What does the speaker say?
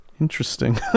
interesting